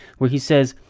where he says,